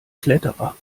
kletterer